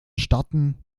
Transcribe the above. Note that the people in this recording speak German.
starten